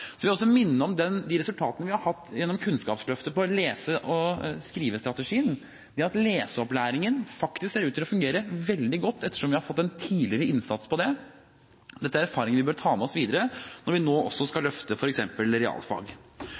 Så vil jeg også minne om de resultatene vi gjennom Kunnskapsløftet har hatt når det gjelder lese- og skrivestrategien – det at leseopplæringen faktisk ser ut til å fungere veldig godt ettersom vi har fått en tidligere innsats der. Dette er erfaringer vi bør ta med oss videre når vi nå også skal løfte f.eks. realfag.